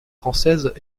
françaises